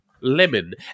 lemon